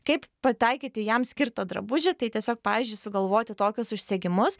kaip pataikyti jam skirtą drabužį tai tiesiog pavyzdžiui sugalvoti tokius užsegimus